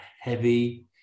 heavy